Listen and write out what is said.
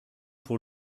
pour